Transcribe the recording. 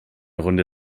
runde